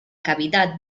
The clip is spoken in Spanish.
cavidad